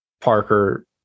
parker